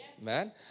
Man